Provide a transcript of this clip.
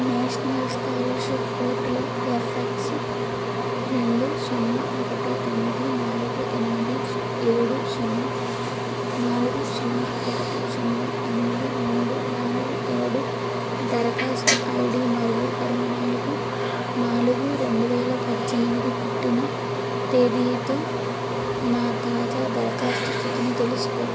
national scholarship పోర్టల్లో FX రెండు సున్నా ఒకటి తొమ్మిది నాలుగు ఎనిమిది ఏడు సున్నా నాలుగు సున్నా ఒకటి సున్నా ఎనిమిది మూడు నాలుగు ఏడు దరఖాస్తు ఐడి మరియు ఇరవై నాలుగు నాలుగు రెండువేల పద్దెనిమిది పుట్టిన తేదీతో నా తాజా దరఖాస్తు స్థితిని తెలుసుకో